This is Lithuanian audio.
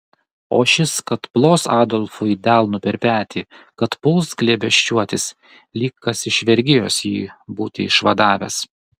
o šis kad plos adolfui delnu per petį kad puls glėbesčiuotis lyg kas iš vergijos jį būti išvadavęs